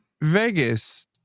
Vegas